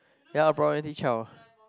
ya problematic child